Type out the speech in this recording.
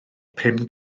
pum